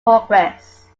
progress